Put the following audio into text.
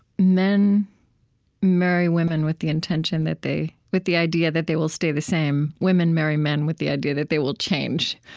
men marry women with the intention that they with the idea that they will the stay the same. women marry men with the idea that they will change.